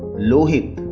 lohit,